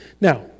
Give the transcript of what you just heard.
Now